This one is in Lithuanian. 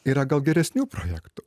yra gal geresnių projektų